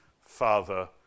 Father